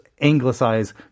anglicize